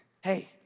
Hey